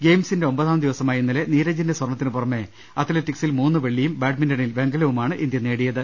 ഗെയിംസിന്റെ ഒമ്പതാം ദിവസമായ ഇന്നലെ നീരജിന്റെ സ്വർണത്തിന് പുറമെ അത്ല റ്റിക്സിൽ മൂന്ന് വെള്ളിയും ബാഡ്മിന്റണിൽ വെങ്കലവുമാണ് ഇന്ത്യ നേടി യത്